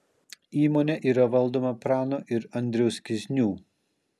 įmonė yra valdoma prano ir andriaus kiznių